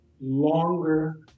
longer